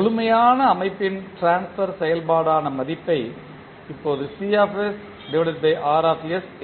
முழுமையான அமைப்பின் ட்ரான்ஸ்பர் செயல்பாடான மதிப்பை இப்போது C R